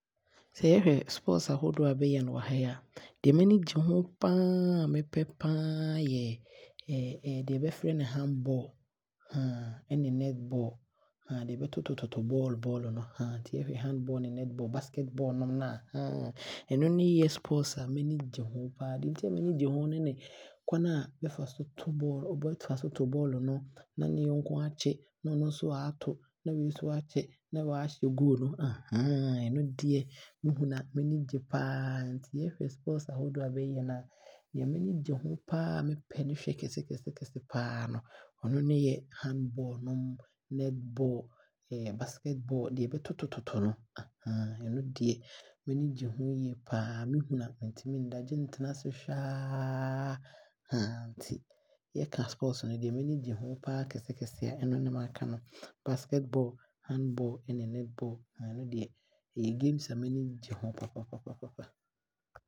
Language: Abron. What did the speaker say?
Sɛ bɛkasɛ Sports ahodoɔ a bɛyɛ ne ha yi a, deɛ m’ani gye ho paa mepɛ paa yɛ deɛ bɛfrɛ no handball ne netball nea bɛtoto bɔɔlo bɔɔlo no nti sɛ yɛhwe handball, netball ne basketball nom a ɛno ne yɛ Sports a m’ani gye ho paa. Deɛ nti m’ani gye ho no ne kwane a bɛfa so to bɔɔlo no na ne yɔnko aakye no na ɔno nso aato na wei nso aakye na waahyɛ goal no ɛno deɛ mehunu a m’ani gye paa nti yɛhwɛ Sports ahodoɔ a bɛyɛ no a deɛ m’ani gye ho paa mepɛ ne hwɛ kɛse paa no ɔno ne yɛ basketball, handball ne netball deɛ bɛtoto toto no ɔno deɛ m’ani gye ho yie paa na mehunu a mentumi nna gyesɛ ntenase hwɛɛ aa. Nti yɛka Sports no nea m’ani gye ho paa kese kɛse a ɛno ne maama no. Basketball, netball ne handball ɛno deɛ ɔyɛ games a m’ani gye ho papaapa.